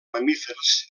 mamífers